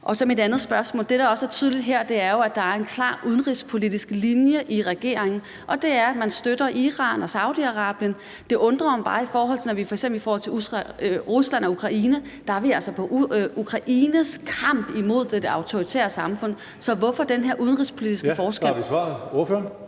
også et andet spørgsmål, for det, der også er tydeligt her, er jo, at der er en klar udenrigspolitisk linje i regeringen, og den er, at man støtter Iran og Saudi-Arabien. Det undrer mig bare, når vi f.eks. i forhold til Rusland og Ukraine altså er med Ukraine i deres kamp imod de autoritære samfund. Hvorfor den her udenrigspolitiske forskel? Kl. 19:28 Tredje